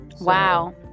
Wow